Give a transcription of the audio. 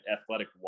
athletic